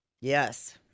Yes